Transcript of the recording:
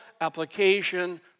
application